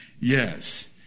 Yes